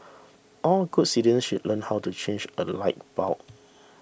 all good citizens should learn how to change a light bulb